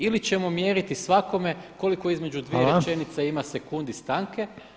Ili ćemo mjeriti svakome koliko između dvije rečenice ima sekundi stanke